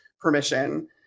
permission